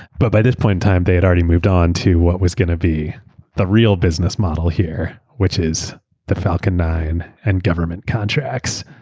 but by this point in time, they had already moved onto what was going to be the real business model here which is the falcon nine and government contracts.